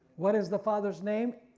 what is the father's name?